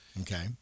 okay